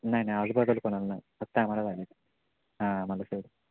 नाही नाही आजूबाजूला कोणाला नाही फक्त आम्हालाच आला आहे हां मला सर